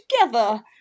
together